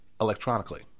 electronically